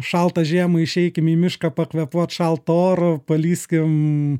šaltą žiemą išeikim į mišką pakvėpuoti šaltu oru palįskim